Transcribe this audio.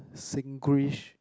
Singlish